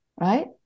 right